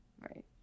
Right